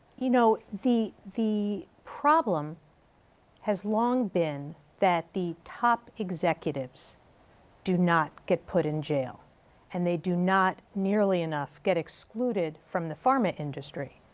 you know the the problem has long been that the top executives do not get put in jail and they do not nearly enough get excluded from the pharma industry.